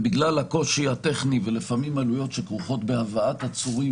בגלל הקושי הטכני ולפעמים עלויות שכרוכות בהבאת עצורים